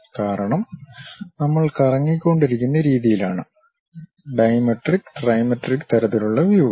കാരണം നമ്മൾ കറങ്ങിക്കൊണ്ടിരിക്കുന്ന രീതിയിലാണ് ഡൈമെട്രിക് ട്രൈമെട്രിക് തരത്തിലുള്ള വ്യൂകൾ